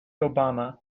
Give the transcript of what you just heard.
obama